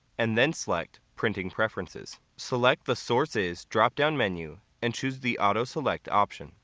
and then select printing preferences. select the source is drop down menu and choose the auto select option.